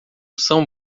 são